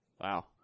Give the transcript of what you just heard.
Wow